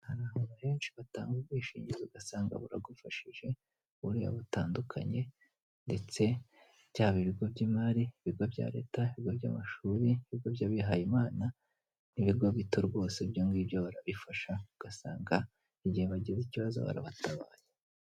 Hari ahantu henshi batanga ubwishingizi ugasanga buragufashije mu buryo butandukanye ndetse byaba ibigo by'imari, ibigo bya leta, ibigo by'amashuri, ibigo by'abihaye Imana n'ibigo bito rwose ibyongibyo barabifasha ugasanga igihe bagize ikibazo barabatabaye.